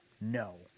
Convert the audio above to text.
No